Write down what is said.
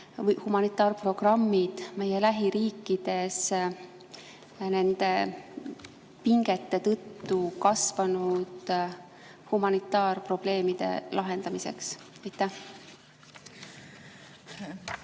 humanitaarprogrammid meie lähiriikides nende pingete tõttu kasvanud humanitaarprobleemide lahendamiseks.